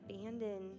abandoned